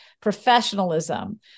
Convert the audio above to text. professionalism